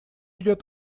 идет